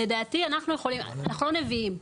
לדעתי, אנחנו יכולים, אנחנו לא נביאים.